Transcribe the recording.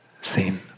seen